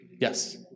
Yes